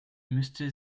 müsste